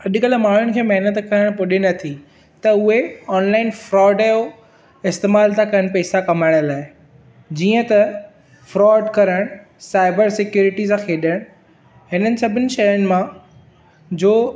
अॼुकल्ह माण्हुनि खे महिनत करणु पुॼे नथी त उहे ऑनलाइन फ्रॉड जो इस्तेमाल था कनि पैसा कमाइण लाइ जीअं त फ्रॉड करणु साइबर सेक्यूरिटी सां खेॾणु हिननि सभिनी शयुनि मां जो